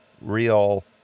real